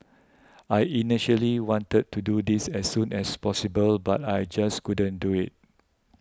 I initially wanted to do this as soon as possible but I just couldn't do it